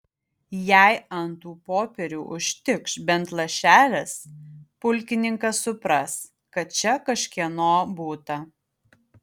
jei ant tų popierių užtikš bent lašelis pulkininkas supras kad čia kažkieno būta